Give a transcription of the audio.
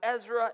Ezra